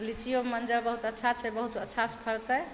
लीचियोमे मञ्जर बहुत अच्छा छै बहुत अच्छा सऽ फरतै